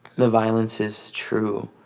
the violence is true.